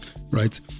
right